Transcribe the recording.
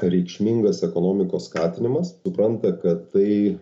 reikšmingas ekonomikos skatinimas supranta kad tai